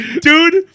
dude